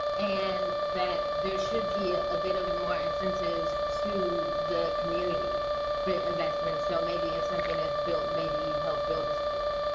and that there should be ah a bit of more incentives to the community investments. so maybe it's something that's built. maybe, you helped build a school,